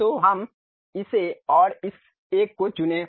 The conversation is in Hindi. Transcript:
तो हम इसे और इस एक को चुनें